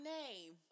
name